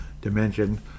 dimension